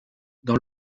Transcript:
dans